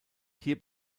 hier